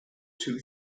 two